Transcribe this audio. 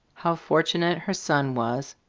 how fortunate her son was,